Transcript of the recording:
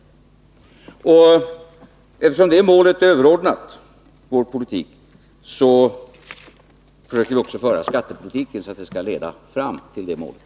Eftersom sysselsättningsmålet är överordnat vår politik, försöker vi också föra en skattepolitik som leder fram till det målet.